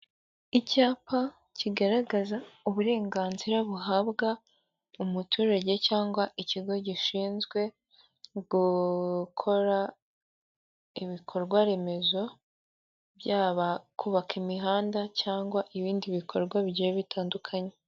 Icyapa kigaragaza uburenganzira buhabwa umuturage cyangwa ikigo gishinzwe gukora ibikorwa remezo byaba kubaka imihanda cyangwa ibindi bikorwa bigiye bitandukanye.